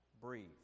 breathe